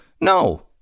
No